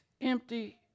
empty